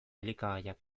elikagaiak